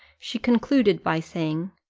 she concluded by saying,